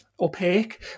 opaque